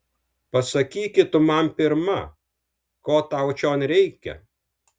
pasakyki tu man pirma ko tau čion reikia